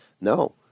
No